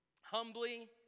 Humbly